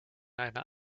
einer